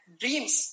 dreams